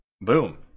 Boom